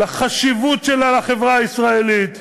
את החשיבות שלה לחברה הישראלית,